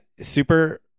super